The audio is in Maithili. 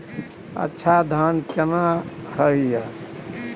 अच्छा धान केना हैय?